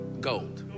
gold